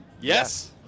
Yes